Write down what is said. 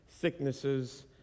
sicknesses